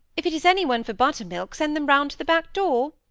if it is any one for butter-milk send them round to the back door